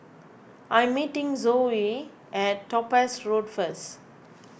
I am meeting Joe at Topaz Road first